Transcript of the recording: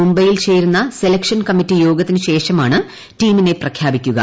മുംബൈയിൽ ചേരുന്ന selection committee യോഗത്തിന് ശേഷമാണ് ടീമിനെ പ്രഖ്യാപിക്കുക